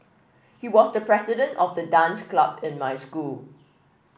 he was the president of the dance club in my school